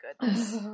goodness